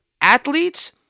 athletes